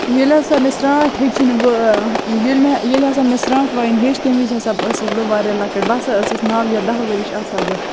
ییٚلہِ ہَسا مےٚ سرانٛٹھ ہیٚچھِن وٲے ییٚلہِ ہَسا مےٚ سرانٛٹھ وایِن ہیٚچھ تمہِ وِز ہَسا ٲسِس بہٕ واریاہ لَکٕٹۍ بہٕ ہَسا ٲسٕس نو یا دہ ؤرِش آسہٕ ہا بہٕ